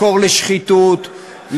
מקור לשחיתות,